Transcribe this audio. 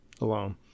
alone